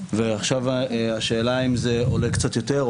ועכשיו השאלה אם זה עולה קצת יותר,